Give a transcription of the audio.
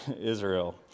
Israel